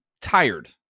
tired